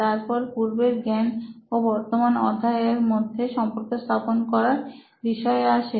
তারপর পূর্বের জ্ঞান ও বর্তমান অধ্যায়ন এর মধ্যে সম্পর্ক স্থাপন করার বিষয় আসে